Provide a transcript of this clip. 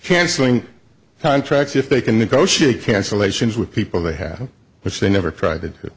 cancelling contracts if they can negotiate cancellations with people they have which they never tried it